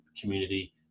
community